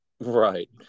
Right